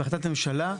בהחלטת הממשלה,